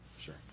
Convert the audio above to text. Sure